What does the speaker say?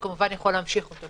הוא יכול להמשיך אותו.